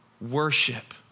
worship